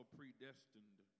predestined